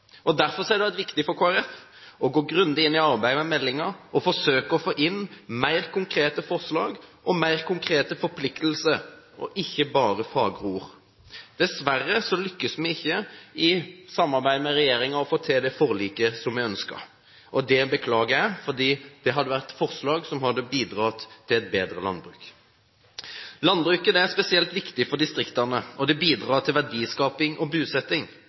Derfor har det vært viktig for Kristelig Folkeparti å gå grundig inn i arbeidet med meldingen og forsøke å få inn mer konkrete forslag og mer konkrete forpliktelser – ikke bare fagre ord. Dessverre lyktes vi ikke, i samarbeid med regjeringen, å få til det forliket vi ønsket. Det beklager jeg, fordi det hadde vært forslag som hadde bidratt til et bedre landbruk. Landbruket er spesielt viktig for distriktene og bidrar til verdiskaping og